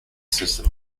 system